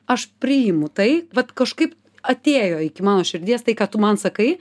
aš priimu tai vat kažkaip atėjo iki mano širdies tai ką tu man sakai